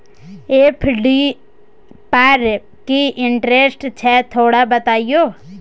FD पर की interest छय थोरा बतईयो?